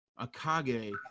akage